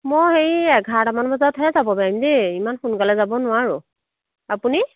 মই হেৰি এঘাৰটামান বজাতহে যাম পাৰিম দেই ইমান সোনকালে যাব নোৱাৰোঁ আপুনি